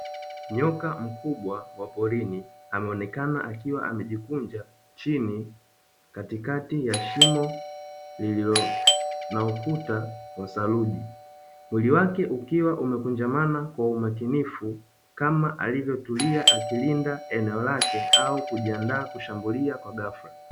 Nyoka mkubwa wa porini anaonekana akiwa amejikunja chini katikati ya shimo lililo na ukuta wa saruji, mwili wake ukiwa umekunjamana kwa umakinifu ama alivyotulia akilinda eneo lake, au kujiandaa kushambulia kwa ghafla.